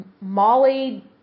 Molly